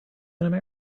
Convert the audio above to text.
gonna